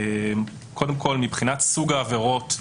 קודם כל מבחינת סוג העבירות,